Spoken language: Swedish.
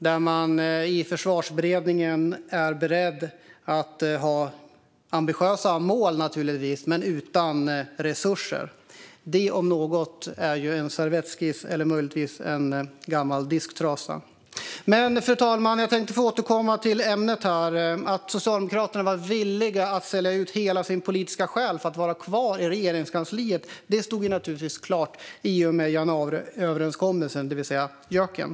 De är ju i Försvarsberedningen beredda att ha ambitiösa mål, naturligtvis, men utan resurser. Det, om något, är en servettskiss eller möjligtvis en gammal disktrasa. Fru talman! Jag tänkte nu återkomma till ämnet. Att Socialdemokraterna var villiga att sälja ut hela sin politiska själ för att vara kvar i Regeringskansliet stod naturligtvis klart i och med januariöverenskommelsen, det vill säga JÖK:en.